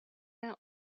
that